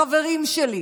החברים שלי,